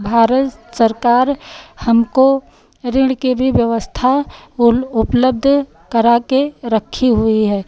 भारत सरकार हमको ऋण की भी व्यवस्था उपलब्ध करा के रखी हुई है